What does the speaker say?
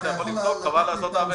אתה יכול לתת לי את מספר העמותה